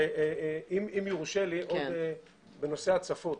אם יורשה לי בנושא ההצפות.